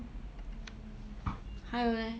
还有 leh